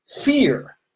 fear